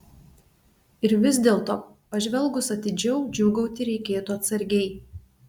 ir vis dėlto pažvelgus atidžiau džiūgauti reikėtų atsargiai